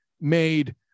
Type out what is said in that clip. made